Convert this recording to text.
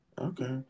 Okay